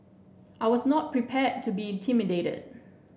I was not prepared to be intimidated